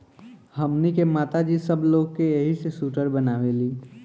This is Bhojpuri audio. हमनी के माता जी सब लोग के एही से सूटर बनावेली